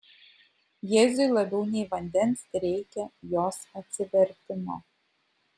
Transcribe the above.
jėzui labiau nei vandens reikia jos atsivertimo